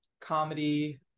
comedy